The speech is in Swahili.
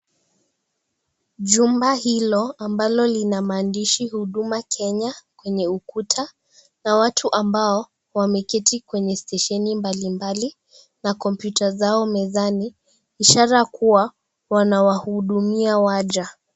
Jumba hilo ambalo lina maandishi huduma Kenya kwenye ukuta. Na watu ambao wameketi kwenye stesheni mbalimbali na kompyta zao mezani, ni isharakuwa wanawahudumia waja.